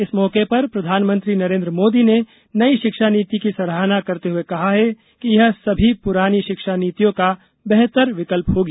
इस मौके पर प्रधानमंत्री नरेन्द्र मोदी ने नई शिक्षा नीति की सराहना करते हुए कहा है कि यह सभी पुरानी शिक्षा नीतियों का बेहतर विकल्प होगी